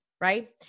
right